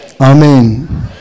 Amen